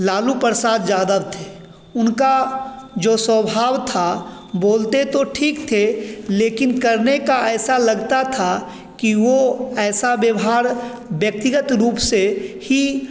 लालू प्रसाद यादव थे उनका जो स्वभाव था बोलते तो ठीक थे लेकिन करने का ऐसा लगता था कि वह ऐसा व्यवहार व्यक्तिगत रूप से ही